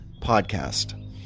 podcast